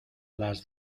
las